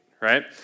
right